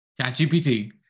ChatGPT